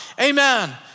amen